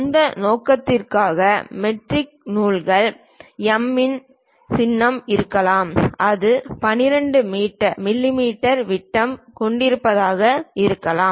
அந்த நோக்கத்திற்காக மெட்ரிக் நூல்கள் M இன் சின்னம் இருக்கலாம் அது 12 மிமீ விட்டம் கொண்டதாக இருக்கலாம்